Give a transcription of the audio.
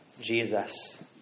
Jesus